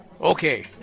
Okay